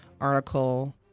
article